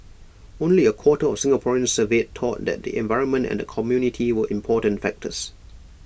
only A quarter of Singaporeans surveyed thought that the environment and the community were important factors